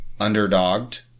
Underdogged